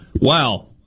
Wow